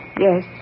Yes